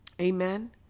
Amen